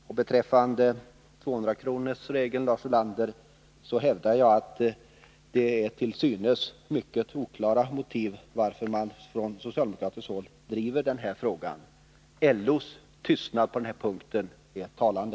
Vad beträffar 200-kronorsregeln hävdar jag, Lars Ulander, att motiven till att man från socialdemokratiskt håll driver den här frågan är till synes mycket oklara. LO:s tystnad på den här punkten är talande.